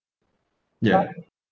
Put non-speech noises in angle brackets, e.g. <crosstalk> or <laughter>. ya <noise>